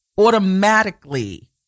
automatically